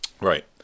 Right